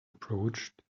approached